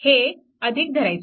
हे धरायचे